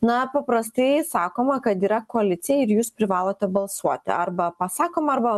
na paprastai sakoma kad yra koalicija ir jūs privalote balsuoti arba pasakoma arba